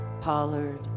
Pollard